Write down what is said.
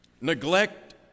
neglect